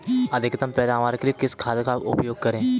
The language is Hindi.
अधिकतम पैदावार के लिए किस खाद का उपयोग करें?